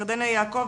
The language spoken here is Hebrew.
ירדנה יעקב,